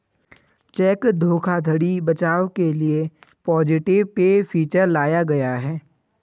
check धोखाधड़ी बचाव के लिए पॉजिटिव पे फीचर लाया गया है